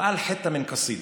ודקלם קטע משיר.